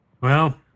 Well